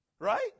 right